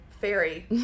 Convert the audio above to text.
fairy